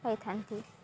ପାଇଥାନ୍ତି